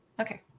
Okay